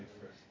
first